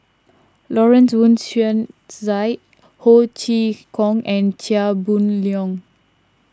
Lawrence Wong Shyun Tsai Ho Chee Kong and Chia Boon Leong